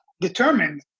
determined